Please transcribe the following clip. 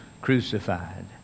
crucified